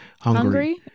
hungry